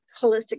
holistic